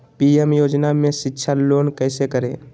PM योजना में शिक्षा लोन कैसे करें?